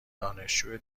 دانشجو